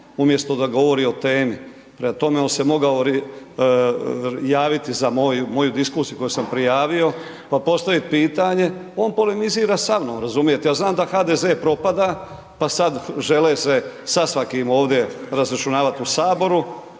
umjesto da govori o temi, prema tome, on se mogao javiti za moju diskusiju koju sam prijavio, pa postavit pitanje, on polemizira sa mnom, razumijete, ja znam da HDZ propada, pa sad žele se sa svakim ovdje razračunavat u HS,